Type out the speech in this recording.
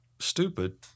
stupid